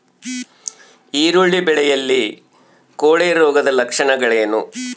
ಈರುಳ್ಳಿ ಬೆಳೆಯಲ್ಲಿ ಕೊಳೆರೋಗದ ಲಕ್ಷಣಗಳೇನು?